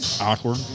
Awkward